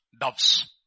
Doves